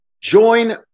join